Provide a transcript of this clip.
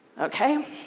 Okay